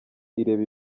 ireba